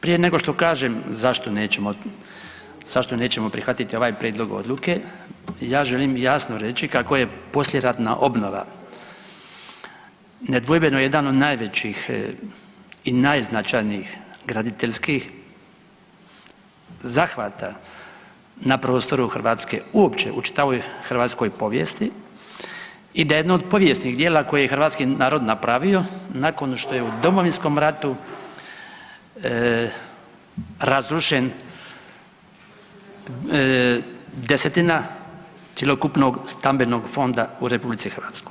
Prije nego što kažem zašto nećemo prihvatiti ovaj Prijedlog odluke, ja želim jasno reći kako je poslijeratna obnova nedvojbeno jedan od najvećih i najznačajnijih graditeljskih zahvata na prostoru Hrvatske uopće u čitavoj hrvatskoj povijesti i da je jedno od povijesnih djela koje je hrvatski napravio nakon što je u Domovinskom ratu razrušen 10-tina cjelokupnog stambenog fonda u Republici Hrvatskoj.